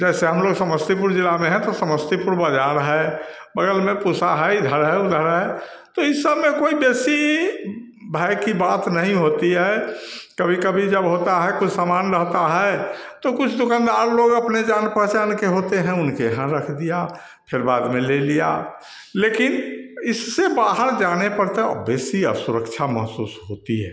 जैसे हम लोग समस्तीपुर जिला में हैं तो समस्तीपुर बाजार है बगल में पूसा है इधर है उधर है तो इस समय कोई वैसी भय की बात नहीं होती है कभी कभी जब होता है कुछ समान रहता है तो कुछ दुकानदार लोग अपने जान पहचान के होते हैं उनके यहाँ रख दिया फिर बाद में ले लिया लेकिन इससे बाहर जाने पर तो वैसी और सुरक्षा महसूस होती है